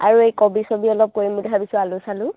আৰু এই কবি চবি অলপ কৰিম বুলি ভাবিছোঁ আলু চালু